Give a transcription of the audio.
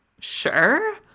Sure